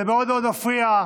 זה מאוד מאוד מפריע.